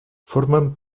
formen